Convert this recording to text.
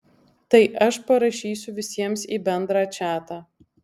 tai aš parašysiu visiems į bendrą čatą